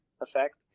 effect